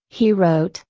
he wrote,